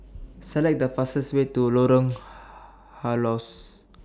Select The fastest Way to Lorong Halus